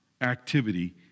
activity